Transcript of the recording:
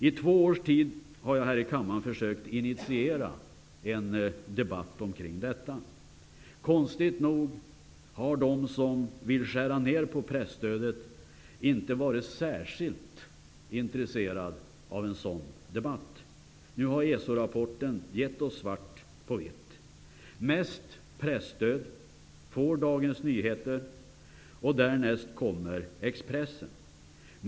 I två års tid har jag här i kammaren försökt initiera en debatt omkring detta. Konstigt nog har de som vill skära ner på presstödet inte varit särskilt inrtesserade av en sådan debatt. Nu har ESO rapporten givit oss svart på vitt. Mest presstöd får Dagens Nyheter, och därnäst kommer Expressen.